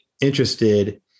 interested